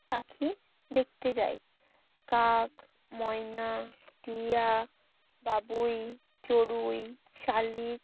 পাখি দেখতে যাই কাক ময়না টিয়া বাবুই চড়ুই শালিক